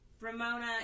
Ramona